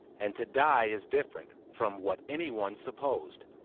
and to die is different from what any one supposed,